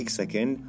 second